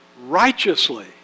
righteously